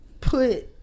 put